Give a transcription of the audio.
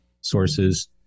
sources